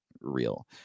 real